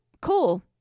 cool